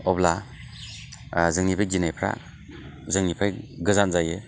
अब्ला जोंनि बे गिनायफ्रा जोंनिफ्राय गोजान जायो